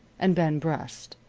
and ben brust,